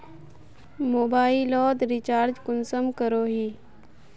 Mobile लोत recharge कुंसम करोही?